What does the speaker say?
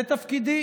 זה תפקידי.